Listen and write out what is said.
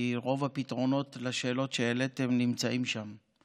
כי רוב הפתרונות לשאלות שהעליתם נמצאים שם.